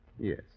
Yes